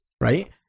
right